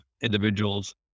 individuals